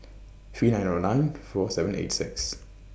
three nine O nine four seven eight six